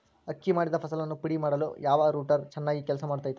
ಅಕ್ಕಿ ಮಾಡಿದ ಫಸಲನ್ನು ಪುಡಿಮಾಡಲು ಯಾವ ರೂಟರ್ ಚೆನ್ನಾಗಿ ಕೆಲಸ ಮಾಡತೈತ್ರಿ?